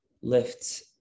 lift